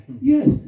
Yes